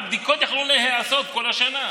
הבדיקות יכלו להיעשות כל השנה.